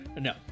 No